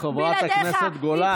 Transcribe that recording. חברת הכנסת גולן.